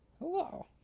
Hello